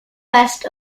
west